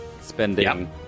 spending